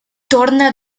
torna